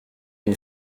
une